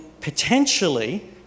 potentially